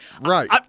Right